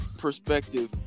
perspective